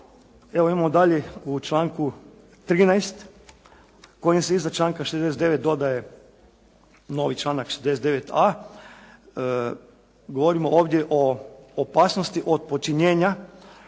Evo, imamo dalje u članku 13. kojim se iza članka 69. dodaje novi članak 69.a, govorimo ovdje o opasnosti od počinjenja